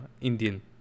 Indian